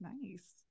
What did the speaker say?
Nice